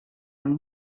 amb